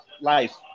life